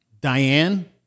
Diane